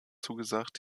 zugesagt